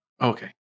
okay